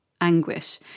anguish